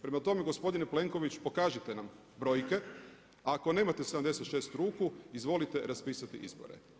Prema tome, gospodine Plenković pokažite nam brojke, a ako nemate 76 ruku izvolite raspisati izbore.